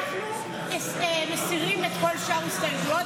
אנחנו מסירים את כל שאר ההסתייגויות,